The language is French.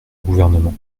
gouvernement